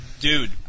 Dude